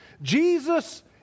Jesus